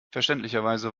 verständlicherweise